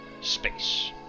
space